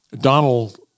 Donald